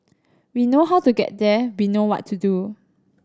we know how to get there be know what to do